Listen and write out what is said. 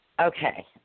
Okay